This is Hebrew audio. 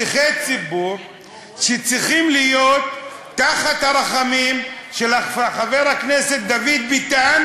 שליחי ציבור שצריכים להיות תחת הרחמים של חבר הכנסת דוד ביטן,